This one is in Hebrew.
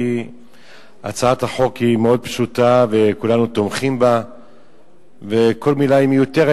כי הצעת החוק היא מאוד פשוטה וכולנו תומכים בה וכל מלה מיותרת.